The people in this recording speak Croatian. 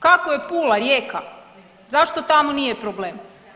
Kako je Pula, Rijeka, zašto tamo nije problem?